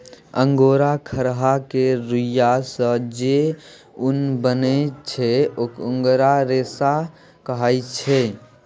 angora खरहा केर रुइयाँ सँ जे उन बनै छै अंगोरा रेशा कहाइ छै